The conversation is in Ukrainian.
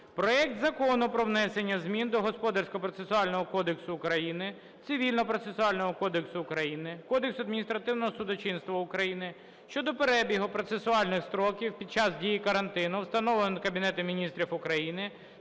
проект Закону про внесення змін до Господарського процесуального кодексу України, Цивільного процесуального кодексу України, Кодексу адміністративного судочинства України щодо перебігу процесуальних строків під час дії карантину, встановленого Кабінетом Міністрів України